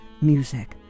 music